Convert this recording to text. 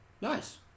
Nice